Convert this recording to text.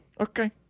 Okay